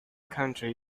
county